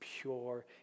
pure